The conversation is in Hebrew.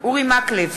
אורי מקלב,